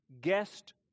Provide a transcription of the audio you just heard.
guest